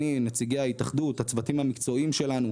אני, נציגי ההתאחדות, הצוותים המקצועיים שלנו.